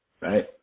Right